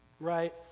Right